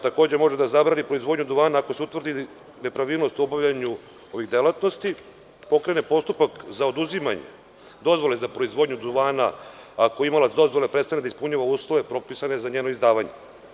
Takođe, može da zabrani proizvodnju duvana ako se utvrdi nepravilnost u obavljanju ovih delatnosti, pokrene postupak za oduzimanje dozvole za proizvodnju duvana ako imalac dozvole prestane da ispunjava uslove propisane za njeno izdavanje.